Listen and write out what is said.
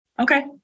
okay